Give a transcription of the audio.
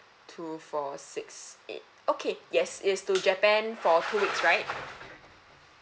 two four six eight okay yes it's to japan for two weeks right